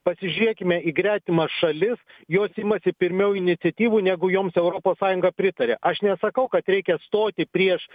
pasižiūrėkime į gretimas šalis jos imasi pirmiau iniciatyvų negu joms europos sąjunga pritaria aš nesakau kad reikia stoti prieš